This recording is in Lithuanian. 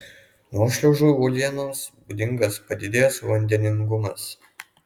nuošliaužų uolienoms būdingas padidėjęs vandeningumas